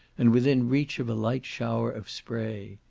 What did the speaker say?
and within reach of a light shower of spray.